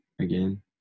again